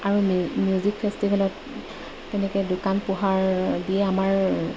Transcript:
আৰু মিউজিক ফেষ্টিভেলত তেনেকে দোকান পোহাৰ দি আমাৰ